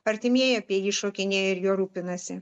artimieji apie jį šokinėja ir juo rūpinasi